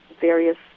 various